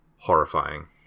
horrifying